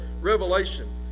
Revelation